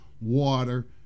water